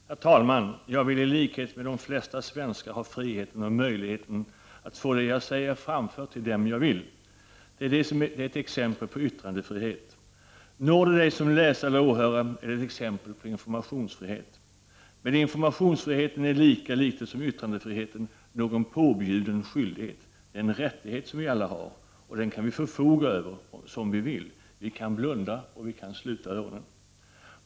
Herr talman! Jag vill i likhet med de flesta svenskar ha friheten och möjligheten att få det jag säger framfört till vem jag vill. Det är ett exempel på yttrandefrihet. Når det läsare eller åhörare, är det ett exempel på informationsfrihet. Men informationsfriheten är lika litet som yttrandefriheten någon påbjuden skyldighet. Det är en rättighet som vi alla har, och den kan vi förfoga över som vi vill. Vi kan blunda och vi kan sluta öronen.